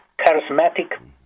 charismatic